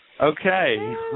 Okay